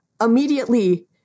immediately